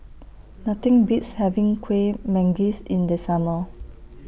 Nothing Beats having Kuih Manggis in The Summer